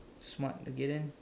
smart okay then